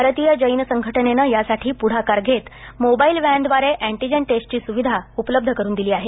भारतीय जैन संघटनेनं यासाठी पुढाकार घेत मोबाईल व्हॅनव्दारे अँटीजेन टेस्टची सुविधा उपलब्ध करुन दिली आहे